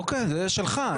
אוקיי, זה שלך.